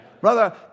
Brother